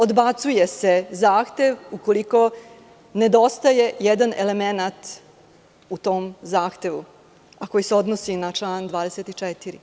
Odbacuje se zahtev ukoliko nedostaje jedan elemenat u tom zahtevu, a koji se odnosi na član 24.